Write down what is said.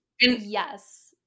Yes